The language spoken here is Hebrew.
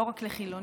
לא רק לחילונים,